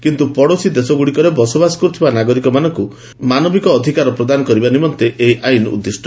କିନ୍ତୁ ପଡ଼ୋଶୀ ଦେଶଗୁଡ଼ିକରେ ବସବାସ କରୁଥିବା ନାଗରିକମାନଙ୍କୁ ମାନବିକତାର ଅଧିକାର ପ୍ରଦାନ କରିବା ନିମନ୍ତେ ଏହି ଆଇନ ଉଦ୍ଦିଷ୍ଟ